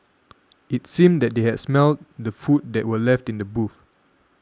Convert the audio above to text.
it seemed that they had smelt the food that were left in the boot